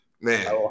Man